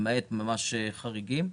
למעט חריגים.